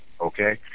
okay